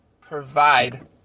provide